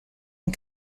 and